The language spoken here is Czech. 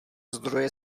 zdroje